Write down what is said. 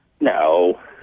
No